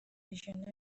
regional